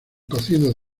cocidos